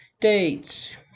dates